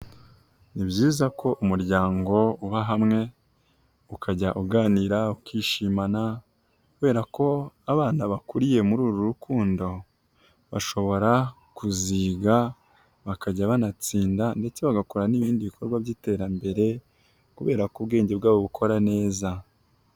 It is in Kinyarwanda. Ni byiza ko umuryango uba hamwe, ukajya uganira, ukishimana kubera ko abana bakuriye muri uru rukundo bashobora kuziga bakajya banatsinda ndetse bagakora n'ibindi bikorwa by'iterambere kubera ko ubwenge bwabo bukora neza.